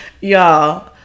y'all